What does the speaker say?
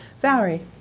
Valerie